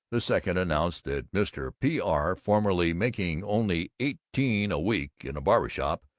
the second announced that mr. p. r, formerly making only eighteen a week in a barber shop,